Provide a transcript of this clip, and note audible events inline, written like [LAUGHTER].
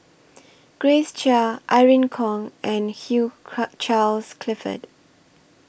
Grace Chia Irene Khong and Hugh [UNINTELLIGIBLE] Charles Clifford